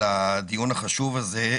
הדיון החשוב הזה.